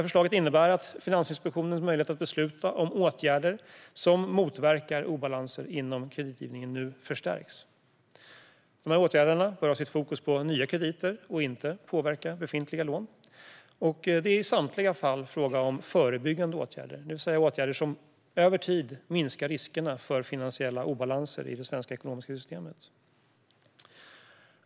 Förslaget innebär att Finansinspektionens möjlighet att besluta om åtgärder som motverkar obalanser inom kreditgivningen nu förstärks. Åtgärderna bör ha fokus på nya krediter och inte påverka befintliga lån. Det är i samtliga fall fråga om förebyggande åtgärder, det vill säga åtgärder som över tid minskar riskerna för finansiella obalanser i det svenska ekonomiska systemet.